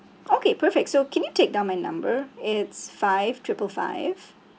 okay perfect so can you take down my number it's five triple five